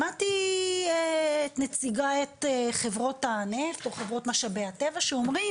שמעתי את חברות הנפט או חברות משאבי הטבע שאומרים